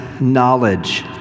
knowledge